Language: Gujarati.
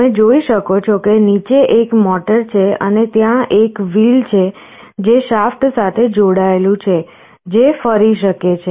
તમે જોઈ શકો છો કે નીચે એક મોટર છે અને ત્યાં એક wheel છે જે શાફ્ટ સાથે જોડાયેલું છે જે ફરી શકે છે